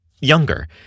younger